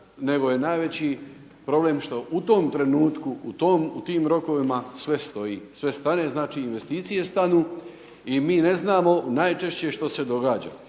nego je najveći problem što u tom trenutku u tim rokovima sve stoji, sve stane znači investicije stanu i mi ne znamo najčešće što se događa.